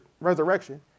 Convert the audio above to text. resurrection